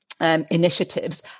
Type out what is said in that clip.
Initiatives